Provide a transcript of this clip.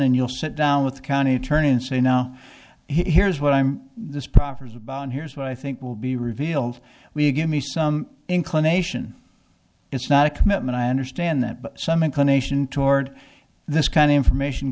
and you'll sit down with the county attorney and say now here's what i'm this proffers about and here's what i think will be revealed we'll give me some inclination it's not a commitment i understand that but some inclination toward this kind of information